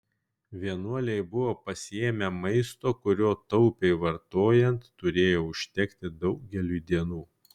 vienuoliai buvo pasiėmę maisto kurio taupiai vartojant turėjo užtekti daugeliui dienų